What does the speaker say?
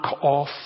off